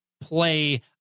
play